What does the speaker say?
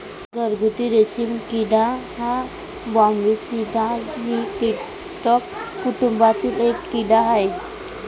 घरगुती रेशीम किडा हा बॉम्बीसिडाई या कीटक कुटुंबातील एक कीड़ा आहे